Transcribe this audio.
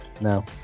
no